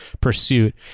pursuit